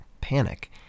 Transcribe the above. panic